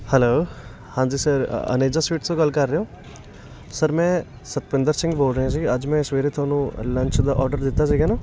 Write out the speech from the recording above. hello ਹਾਂਜੀ sir ਅ Aneja sweets ਤੋਂ ਗੱਲ ਕਰ ਰਹੇ ਹੋ ਸਰ ਮੈਂ ਸਤਪਿੰਦਰ ਸਿੰਘ ਬੋਲ ਰਿਹਾ ਸੀ ਅੱਜ ਮੈਂ ਸਵੇਰੇ ਤੁਹਾਨੂੰ ਲੰਚ ਦਾ ਔਡਰ ਦਿੱਤਾ ਸੀਗਾ ਨਾ